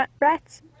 rats